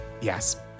Yes